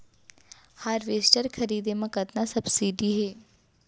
Harvester खरीदे म कतना सब्सिडी हे?